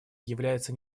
является